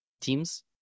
teams